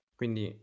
quindi